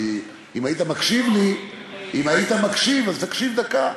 אם היית מקשיב לי, אז תקשיב דקה.